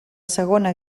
segona